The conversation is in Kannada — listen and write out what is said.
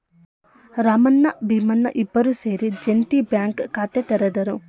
ರಾಮಣ್ಣ ಭೀಮಣ್ಣ ಇಬ್ಬರೂ ಸೇರಿ ಜೆಂಟಿ ಬ್ಯಾಂಕ್ ಖಾತೆ ತೆರೆದರು